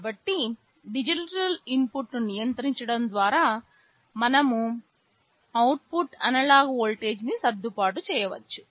కాబట్టి డిజిటల్ ఇన్పుట్ను నియంత్రించడం ద్వారా మనం అవుట్పుట్ అనలాగ్ వోల్టేజ్ని సర్దుబాటు చేయవచ్చు